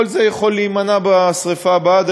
כל זה יכול להימנע בשרפה הבאה.